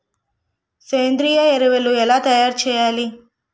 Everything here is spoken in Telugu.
సేంద్రీయ ఎరువులు ఎలా తయారు చేయాలి?